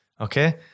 Okay